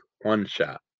One-Shot